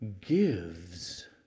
gives